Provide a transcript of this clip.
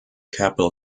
capitol